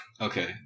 Okay